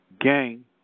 Gang